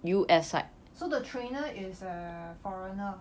so the trainer is a foreigner